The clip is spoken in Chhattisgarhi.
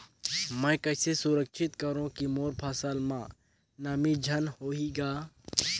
मैं कइसे सुरक्षित करो की मोर फसल म नमी झन होही ग?